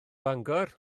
bangor